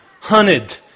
hunted